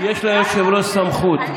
יש ליושב-ראש סמכות.